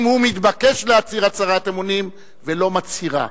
הוא מתבקש להצהיר הצהרת אמונים ולא מצהירהּ.